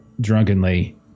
drunkenly